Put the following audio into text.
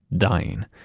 dying.